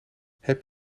heb